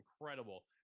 incredible